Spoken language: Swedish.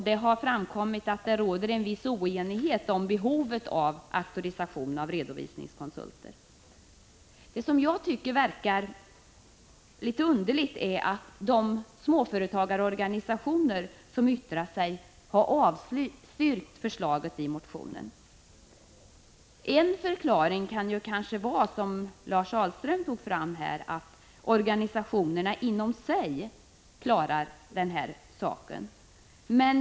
Det har framkommit att det råder en viss oenighet om behovet av auktorisation av redovisningskonsulter. Det som jag tycker verkar litet underligt är att de småföretagarorganisationer som har yttrat sig har avstyrkt förslaget i motionen. En förklaring kan kanske vara — såsom Lars Ahlström tog upp — att organisationerna inom sig klarar den här typen av arbete.